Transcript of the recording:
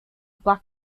brown